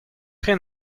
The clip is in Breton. rin